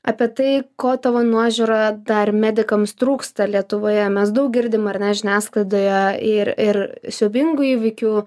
apie tai ko tavo nuožiūra dar medikams trūksta lietuvoje mes daug girdime ar ne žiniasklaidoje ir ie siaubingų įvykių